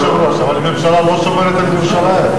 אדוני היושב-ראש, אבל הממשלה לא שומרת על ירושלים.